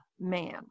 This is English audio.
Man